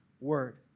word